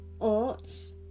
oats